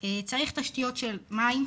צריך תשתיות של מים,